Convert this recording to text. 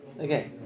Okay